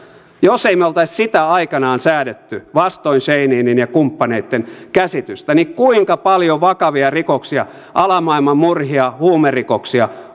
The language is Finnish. jos me emme olisi sitä aikoinaan säätäneet vastoin scheininin ja kumppaneitten käsitystä niin kuinka paljon vakavia rikoksia alamaailman murhia huumerikoksia